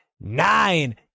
nine